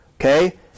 Okay